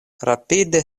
rapide